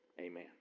Amen